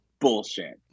bullshit